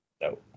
No